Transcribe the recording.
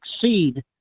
succeed